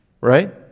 Right